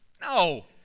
No